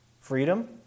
Freedom